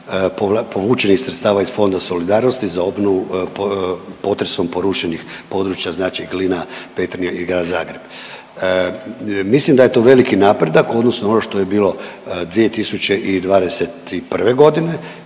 povučenih sredstava iz Fonda solidarnosti za obnovu potresom porušenih područja, znači Glina, Petrinja i Grad Zagreb. Mislim da je to veliki napredak u odnosu na ono što je bilo 2021.g.